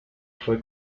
fue